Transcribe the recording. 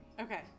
okay